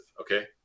Okay